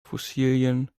fossilien